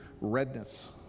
redness